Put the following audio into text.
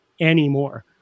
anymore